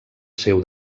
seu